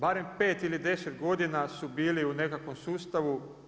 Barem pet ili deset godina su bili u nekakvom sustavu.